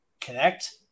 connect